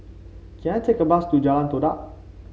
can I take a bus to Jalan Todak